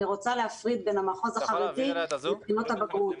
אני רוצה להפריד בין המחוז החרדי לבחינות הבגרות.